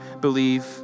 believe